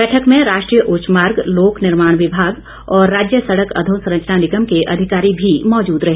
बैठक में राष्ट्रीय उच्च मार्ग लोक निर्माण विभाग और राज्य सड़क अधोसरंचना निगम के अधिकारी भी मौजूद रहे